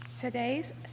Today's